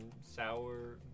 sour